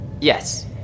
Yes